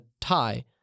tie